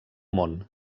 món